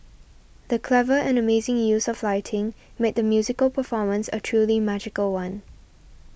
the clever and amazing use of lighting made the musical performance a truly magical one